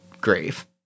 grave